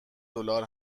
دلار